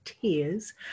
tears